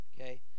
okay